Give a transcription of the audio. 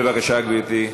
בבקשה, גברתי.